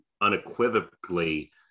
unequivocally